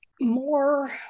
More